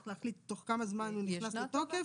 צריך להחליט תוך כמה זמן הוא נכנס לתוקף.